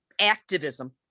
activism